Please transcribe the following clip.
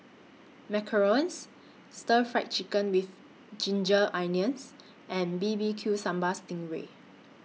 Macarons Stir Fried Chicken with Ginger Onions and B B Q Sambal Sting Ray